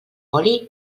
oli